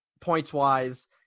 Points-wise